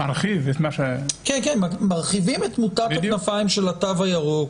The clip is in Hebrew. מרחיבים את מוטת הכנפיים של התו הירוק,